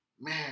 Man